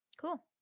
Cool